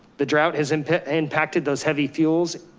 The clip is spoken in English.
the drought has impacted impacted those heavy fuels.